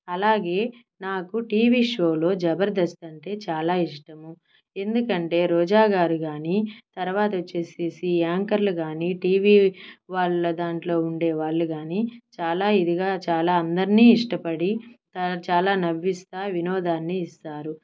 అలాగే నాకు టీవీ షోలో జబర్దస్త్ అంటే చాలా ఇష్టము ఎందుకంటే రొజాగారు కానీ తరువాతోచ్చేసేసి యాంకర్లు కానీ టీవీ వాళ్ళ దాంట్లో ఉండేవాళ్ళు కానీ చాలా ఇదిగా చాలా అందరిని ఇష్టపడి చాలా నవ్విస్తా వినోదాన్ని ఇస్తారు